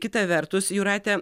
kita vertus jūrate